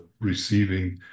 receiving